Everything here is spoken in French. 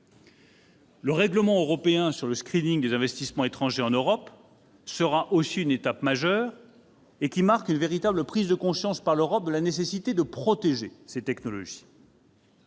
Le règlement européen sur le des investissements étrangers en Europe sera aussi une étape majeure. Il marque une véritable prise de conscience par l'Europe de la nécessité de protéger ses technologies.